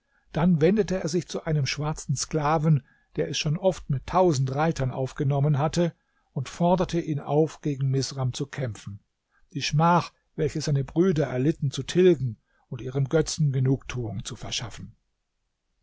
dann wendete er sich zu einem schwarzen sklaven der es schon oft mit tausend reitern aufgenommen hatte und forderte ihn auf gegen misram zu kämpfen die schmach welche seine brüder erlitten zu tilgen und ihrem götzen genugtuung zu verschaffen